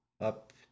up